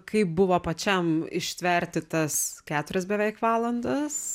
kaip buvo pačiam ištverti tas keturias beveik valandas